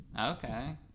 Okay